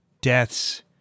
deaths